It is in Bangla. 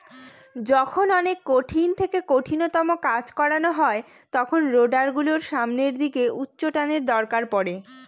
যখন অনেক কঠিন থেকে কঠিনতম কাজ করানো হয় তখন রোডার গুলোর সামনের দিকে উচ্চটানের দরকার পড়ে